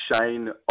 Shane